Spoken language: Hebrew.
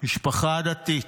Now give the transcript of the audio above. משפחה דתית,